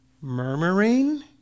Murmuring